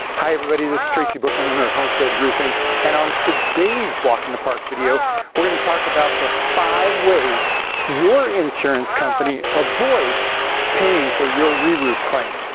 hi everybody, this is tracy bookman owner of homestead roofing and on today's walk in the park video we're going to talk about the five ways your insurance company avoids paying for your re-roof claim.